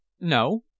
No